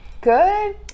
Good